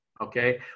okay